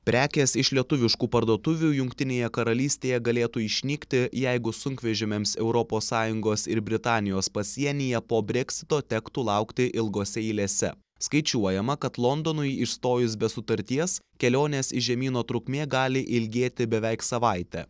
prekės iš lietuviškų parduotuvių jungtinėje karalystėje galėtų išnykti jeigu sunkvežimiams europos sąjungos ir britanijos pasienyje po breksito tektų laukti ilgose eilėse skaičiuojama kad londonui išstojus be sutarties kelionės iš žemyno trukmė gali ilgėti beveik savaitę